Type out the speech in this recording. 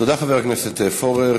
תודה, חבר הכנסת פורר.